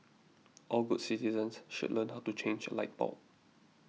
all good citizens should learn to how to change a light bulb